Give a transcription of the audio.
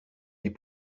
les